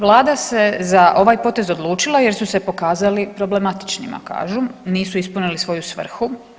Vlada se za ovaj potez odlučila jer su se pokazali problematičnima kažu, nisu ispunili svoju svrhu.